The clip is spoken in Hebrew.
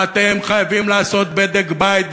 אתם חייבים לעשות בדק בית,